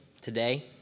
today